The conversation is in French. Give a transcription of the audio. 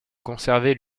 conserver